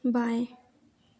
बाएँ